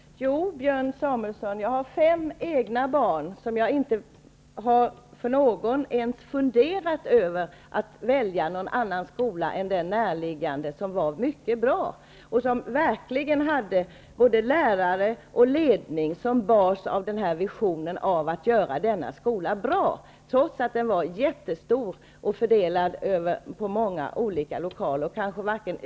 Herr talman! Jo, Björn Samuelson, jag har fem egna barn, och jag har inte ens funderat över att för något av dem välja en annan skola än den näraliggande, som var mycket bra. Där bars både lärare och ledning upp av visionen att göra skolan bra, trots att den var mycket stor och fördelad på många olika skollokaler.